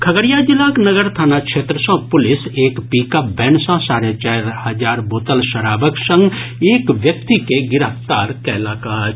खगड़िया जिलाक नगर थाना क्षेत्र सॅ पुलिस एक पिकअप वैन सॅ साढ़े चारि हजार बोतल शराबक संग एक व्यक्ति के गिरफ्तार कयलक अछि